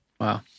Wow